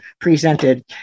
presented